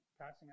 passing